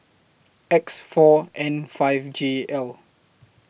X four N five J L